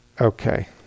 Okay